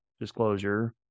disclosure